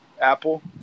Apple